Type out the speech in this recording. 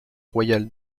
royale